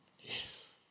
Yes